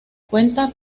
cuenta